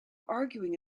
arguing